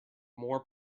more